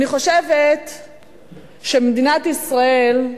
אני חושבת שמדינת ישראל,